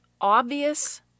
obvious